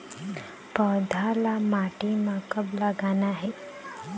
पौधा ला माटी म कब लगाना हे?